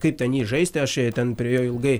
kaip ten jį žaisti aš ten prie jo ilgai